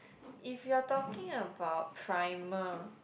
if you're talking about primer